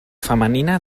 femenina